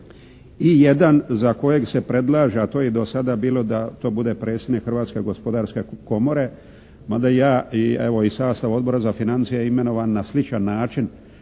I jedan za kojeg se predlaže, a to je i do sada bilo da to bude predsjednik Hrvatske gospodarske komore, mada ja i evo i sastav Odbora za financije je imenovan na sličan način